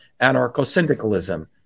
anarcho-syndicalism